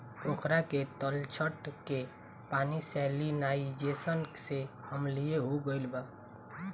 पोखरा के तलछट के पानी सैलिनाइज़ेशन से अम्लीय हो गईल बा